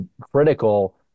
critical